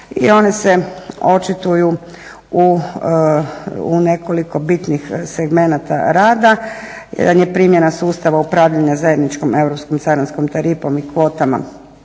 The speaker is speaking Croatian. i one se očituju u nekoliko bitnih segmenata rada. Jedan je primjena sustava upravljanja zajedničkom europskom carinskom tarifom i kvotama.